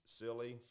silly